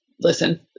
listen